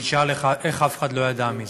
תשאל איך אף אחד לא ידע מזה?